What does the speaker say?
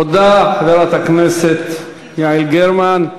תודה, חברת הכנסת יעל גרמן.